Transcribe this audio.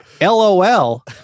LOL